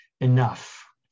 enough